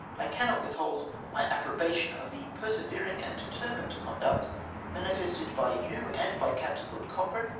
i cannot withhold my approbation of the persevering and determined conduct manifested by you and by captain lord cochrane,